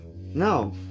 No